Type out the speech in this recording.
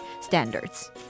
standards